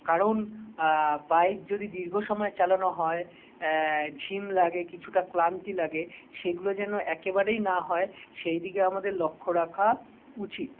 কারণ বাইক যদি ধীর্ঘ সময় চালানো হয় ঝিম লাগে কিছুটা ক্লান্তি লাগে সেগুলো যেন একেবারেই না হয় সেই দিকে আমাদের লক্ষ্য রাখা উচিত